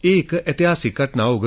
एह् इक ऐतिहासिक घटना होग